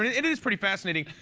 and it is pretty fascinating.